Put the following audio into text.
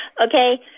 Okay